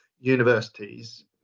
universities